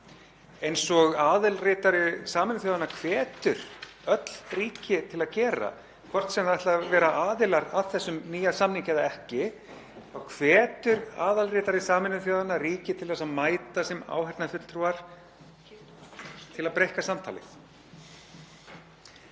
hvetur aðalritari Sameinuðu þjóðanna ríki til þess að mæta sem áheyrnarfulltrúar til að breikka samtalið. Þetta hefði ég viljað sjá gerast á fyrsta aðildarríkjafundinum í hittiðfyrra og ég hefði viljað sjá þetta gerast á öðrum aðildarríkjafundinum í fyrra.